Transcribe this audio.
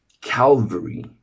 Calvary